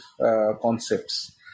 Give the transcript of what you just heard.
concepts